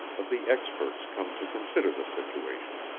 of the experts come to consider the situation,